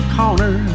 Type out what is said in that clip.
corner